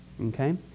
okay